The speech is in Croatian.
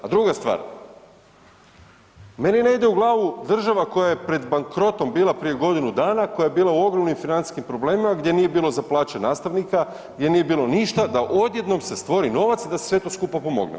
A druga stvar, meni ne ide u glavu, država koja je pred bankrotom bila prije godinu dana, koja je bila u ogromnim financijskim problemima gdje nije bilo za plaće nastavnika, gdje nije bilo ništa da odjednom se stvori novac i da se sve to skupa pomogne.